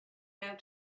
able